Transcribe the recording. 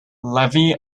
levi